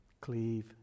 cleave